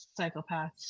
psychopaths